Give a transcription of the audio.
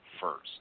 first